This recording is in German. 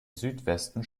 südwesten